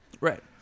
Right